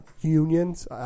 unions